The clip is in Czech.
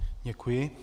Děkuji.